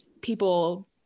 people